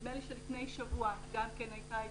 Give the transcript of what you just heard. נדמה לי שלפני שבוע גם הייתה התייחסות,